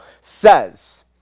says